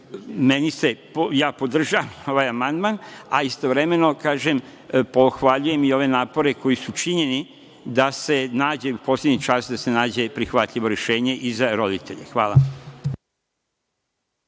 jasno. Dakle, ja podržavam ovaj amandman, a istovremeno, kažem, pohvaljujem i ove napore koji su činjeni da se nađe u poslednji čas da se nađe prihvatljivo rešenje i za roditelje. Hvala.